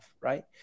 right